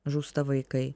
žūsta vaikai